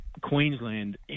Queensland